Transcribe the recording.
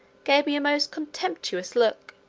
gave me a most contemptuous look